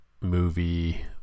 movie